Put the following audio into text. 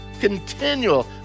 continual